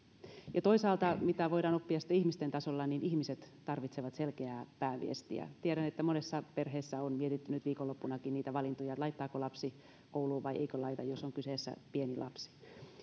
ja toisaalta mitä voidaan oppia sitten ihmisten tasolla ihmiset tarvitsevat selkeää pääviestiä tiedän että monessa perheessä on mietitty nyt viikonloppunakin niitä valintoja että laittaako lapsen kouluun vai eikö laita jos on kyseessä pieni lapsi